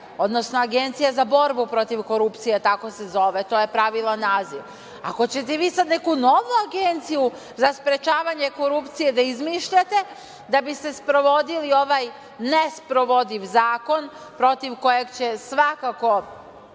odnosno Agencija za borbu protiv korupcije. Tako se zove. To je pravilan naziv. Ako ćete vi sada neku novu agenciju za sprečavanje korupcije da izmišljate da biste sprovodili ovaj nesprovodiv zakon, protiv kojeg će svakako